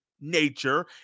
nature